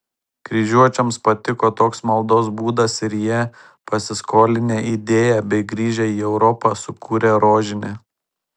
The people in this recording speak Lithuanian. kryžiuočiams patiko toks maldos būdas ir jie pasiskolinę idėją bei grįžę į europą sukūrė rožinį